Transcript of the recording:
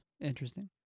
Interesting